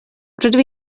rydw